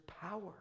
power